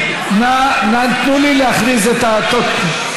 תנו לי להכריז את התוצאות.